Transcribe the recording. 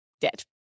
dead